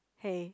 hey